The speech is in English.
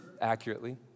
accurately